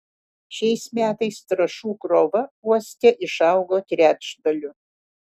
šiais metais trąšų krova uoste išaugo trečdaliu